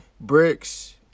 Bricks